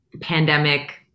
pandemic